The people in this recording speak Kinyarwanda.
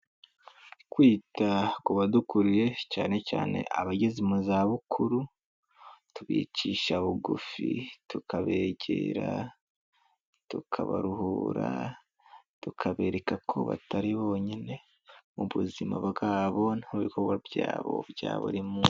Kwita ku badukuriye cyane cyane abageze mu zabukuru, twicisha bugufi tukabegera, tukabaruhura, tukabereka ko batari bonyine mu buzima bwabo no mu bikorwa byabo bya buri munsi.